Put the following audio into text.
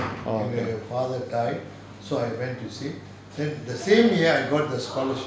orh okay